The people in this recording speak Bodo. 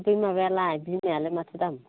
बै माबालाय बिमायालाय माथो दाम